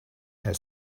had